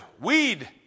Weed